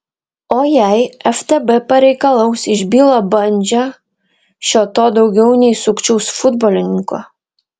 o jei ftb pareikalaus iš bilo bandžio šio to daugiau nei sukčiaus futbolininko